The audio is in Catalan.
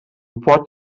pot